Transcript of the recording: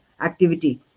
activity